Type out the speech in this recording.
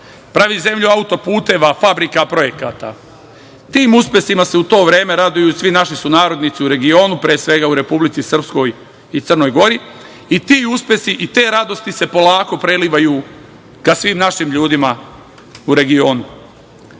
pravi zemlju autoputeva, fabrika, projekata. Tim uspesima se u to vreme raduju svi naši sunarodnici u regionu, pre svega u Republici Srpskoj i Crnoj Gori, i ti uspesi i te radosti se polako prelivaju ka svim našim ljudima u regionu. Brojke